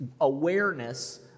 awareness